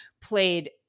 played